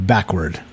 Backward